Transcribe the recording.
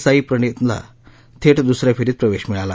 साई प्रणीथला थेट दुसऱ्या फेरीत प्रवेश मिळाला